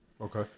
Okay